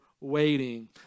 waiting